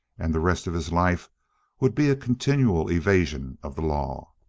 and the rest of his life would be a continual evasion of the law.